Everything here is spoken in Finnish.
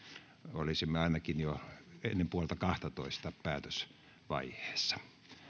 olisimme ainakin ennen puolta kahtatoista päätösvaiheessa